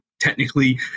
technically